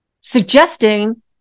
suggesting